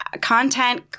content